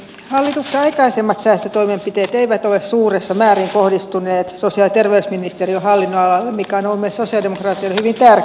hallituksen aikaisemmat säästötoimenpiteet eivät ole suuressa määrin kohdistuneet sosiaali ja terveysministeriön hallinnonalalle mikä on ollut meille sosialidemokraateille hyvin tärkeää